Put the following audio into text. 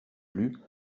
plus